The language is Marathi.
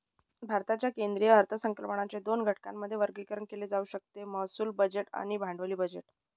भारताच्या केंद्रीय अर्थसंकल्पाचे दोन घटकांमध्ये वर्गीकरण केले जाऊ शकते महसूल बजेट आणि भांडवली बजेट